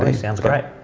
and sounds great.